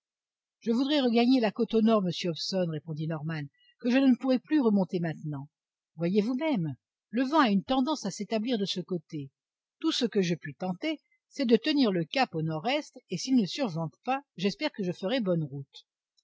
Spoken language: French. je voudrais regagner la côte au nord monsieur hobson répondit norman que je ne pourrais plus remonter maintenant voyez vousmême le vent a une tendance à s'établir de ce côté tout ce que je puis tenter c'est de tenir le cap au nord-est et s'il ne survente pas j'espère que je ferai bonne route